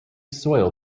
soil